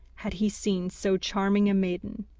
had he seen so charming a maiden.